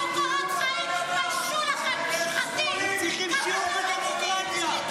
אתם צריכים שיעור בדמוקרטיה.